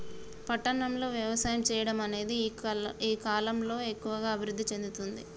పట్టణం లో వ్యవసాయం చెయ్యడం అనేది ఈ కలం లో ఎక్కువుగా అభివృద్ధి చెందుతుంది